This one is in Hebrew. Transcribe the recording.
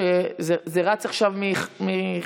כשקוראים, זה הנוהל.